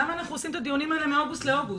למה אנחנו עושים את הדיונים האלה מאוגוסט לאוגוסט?